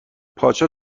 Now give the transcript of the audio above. پادشاه